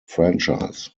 franchise